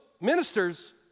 ministers